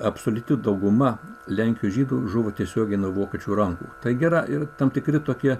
absoliuti dauguma lenkijos žydų žuvo tiesiogiai nuo vokiečių rankų taigi yra ir tam tikri tokie